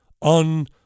on